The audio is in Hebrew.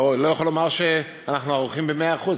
אני לא יכול לומר שאנחנו ערוכים במאה אחוז.